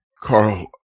Carl